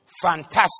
fantastic